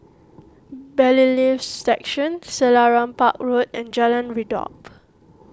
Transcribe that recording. Bailiffs' Section Selarang Park Road and Jalan Redop